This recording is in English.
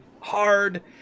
hard